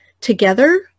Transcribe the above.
together